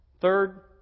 Third